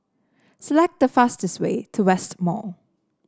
select the fastest way to West Mall